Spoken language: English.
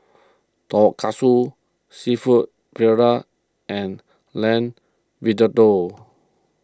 Tonkatsu Seafood Paella and Lamb